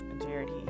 Jared